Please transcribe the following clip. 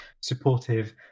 supportive